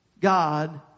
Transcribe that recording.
God